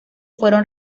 fueron